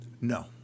No